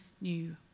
new